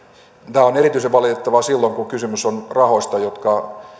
tämä on erityisen valitettavaa silloin kun kysymys on rahoista jotka